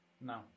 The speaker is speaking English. No